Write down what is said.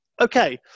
okay